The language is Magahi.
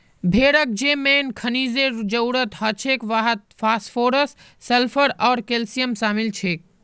भेड़क जे मेन खनिजेर जरूरत हछेक वहात फास्फोरस सल्फर आर कैल्शियम शामिल छेक